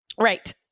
Right